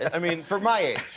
i mean for my age,